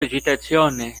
agitazione